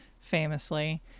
famously